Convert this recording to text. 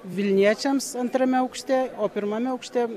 vilniečiams antrame aukšte o pirmame aukšte